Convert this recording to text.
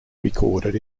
recorded